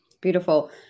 Beautiful